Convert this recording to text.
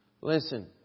Listen